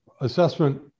assessment